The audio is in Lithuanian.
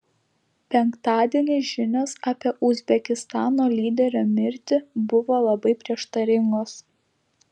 penktadienį žinios apie uzbekistano lyderio mirtį buvo labai prieštaringos